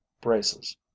braces